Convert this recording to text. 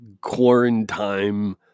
quarantine